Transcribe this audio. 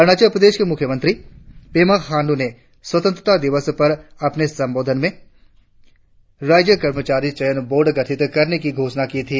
अरुणाचल प्रदेश के मुख्यमंत्री पेमा खांडू ने स्वतंत्रता दिवस पर अपने संबोधन में राज्य कर्मचारी चयन बोर्ड गठित करने की घोषणा की थी